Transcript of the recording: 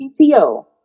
PTO